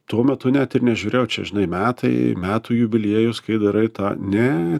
tuo metu net ir nežiūrėjau čia žinai metai metų jubiliejus kai darai tą ne